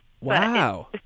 Wow